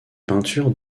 peintures